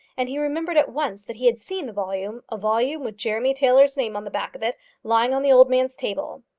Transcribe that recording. and he remembered at once that he had seen the volume a volume with jeremy taylor's name on the back of it lying on the old man's table.